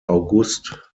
august